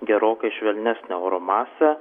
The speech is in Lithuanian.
gerokai švelnesnę oro masę